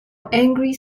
angry